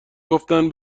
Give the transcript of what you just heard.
گفتن